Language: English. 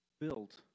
built